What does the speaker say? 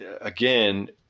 again